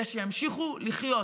אלא שימשיכו לחיות.